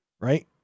right